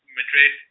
Madrid